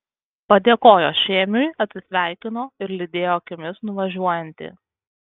padėkojo šėmiui atsisveikino ir lydėjo akimis nuvažiuojantį